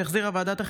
שהחזירה ועדת החינוך,